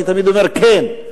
אני תמיד אומר: כן.